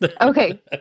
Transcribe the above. Okay